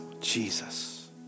Jesus